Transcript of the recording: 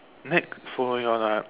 next for your that